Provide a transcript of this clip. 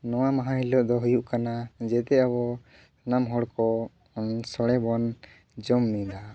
ᱱᱚᱣᱟ ᱢᱟᱦᱟ ᱦᱤᱞᱳᱜ ᱫᱚ ᱦᱩᱭᱩᱜ ᱠᱟᱱᱟ ᱡᱮᱛᱮ ᱟᱵᱚ ᱥᱟᱱᱟᱢ ᱦᱚᱲ ᱠᱚ ᱥᱚᱲᱮ ᱵᱚᱱ ᱡᱚᱢ ᱢᱤᱫᱟ